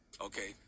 Okay